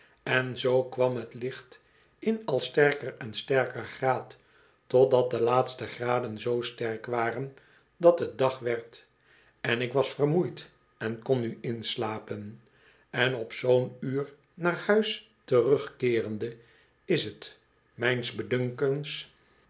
en zoo kwam het licht in al sterker en sterker graad totdat de laatste graden zoo sterk waren dat het dag werd en ik was vermoeid en kon nu inslapen en op zoo'n uur naar huis terugkeerende is het mijns